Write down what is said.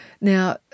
Now